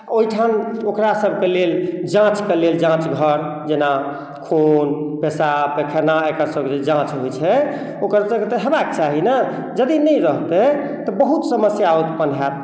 ओहिठाम ओकरासभके लेल जाँचके लेल जाँच घर जेना खून पेशाब पैखाना एकरसभके जे जाँच होइ छै ओकर सभके तऽ हेबाक चाही ने यदि नहि रहतै तऽ बहुत समस्या उत्पन्न हएत